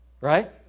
right